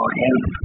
help